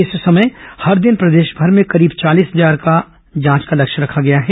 इस समय हर दिन प्रदेशभर में करीब चालीस हजार जांच का लक्ष्य है